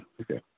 okay